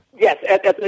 Yes